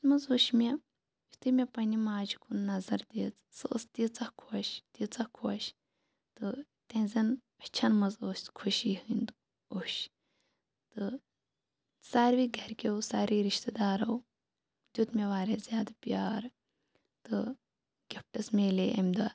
اَتھ منٛز وُچھ مےٚ یُتھُے مےٚ پَننہِ ماجہِ کُن نظر دِژ سۄ ٲس تیٖژہ خۄش تیٖژہ خۄش تہٕ تِہِنٛزَن أچھَن منٛز اوس خوشی ہُنٛد اوٚش تہٕ سارِوٕے گَرِکیو سارِوٕے رِشتہٕ دارو دِیُت مےٚ واریاہ زیادٕ پیار تہٕ گِفٹٕز میٚلیے اَمہِ دۄہ